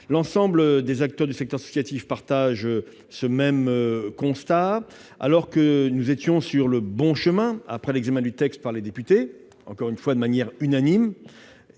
L'ensemble des acteurs du secteur associatif partagent le même constat. Alors que nous étions sur le bon chemin après l'examen du texte par les députés et leur vote unanime,